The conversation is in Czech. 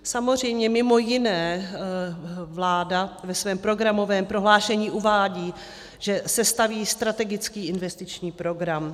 Samozřejmě mimo jiné vláda ve svém programovém prohlášení uvádí, že sestaví strategický investiční program.